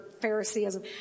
Phariseeism